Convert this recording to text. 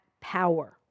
power